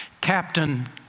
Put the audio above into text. Captain